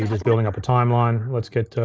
it's building up a timeline, let's get.